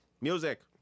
music